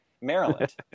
Maryland